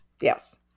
yes